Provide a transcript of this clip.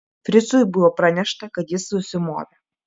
fricui buvo pranešta kad jis susimovė